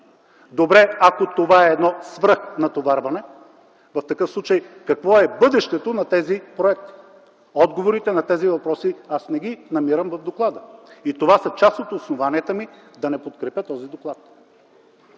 Добре, ако това е едно свръхнатоварване, в такъв случай какво е бъдещето на тези проекти? Отговорите на тези въпроси аз не ги намирам в доклада. И това са част от основанията ми да не подкрепя този доклад.